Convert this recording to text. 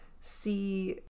see